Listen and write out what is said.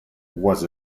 was